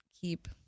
keep